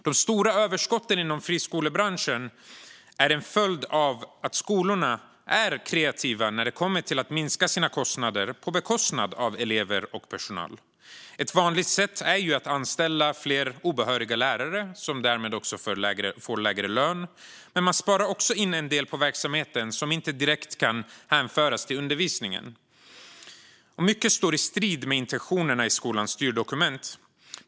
De stora överskotten inom friskolebranschen är en följd av att skolorna är kreativa när det kommer till att minska sina kostnader på bekostnad av elever och personal. Ett vanligt sätt är att anställa fler obehöriga lärare som därmed också får lägre lön. Men de sparar också in en del på verksamheten som inte direkt kan hänföras till undervisningen. Mycket står i strid med intentionerna i skolans styrdokument.